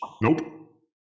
Nope